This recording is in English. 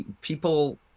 people